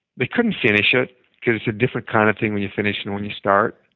they couldn't finish it because it's a different kind of thing when you finish and when you start.